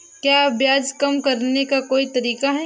क्या ब्याज कम करने का कोई तरीका है?